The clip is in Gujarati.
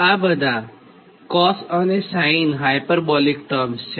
આ બધા cos અને sin હાયપરબોલિક ટર્મ્સ છે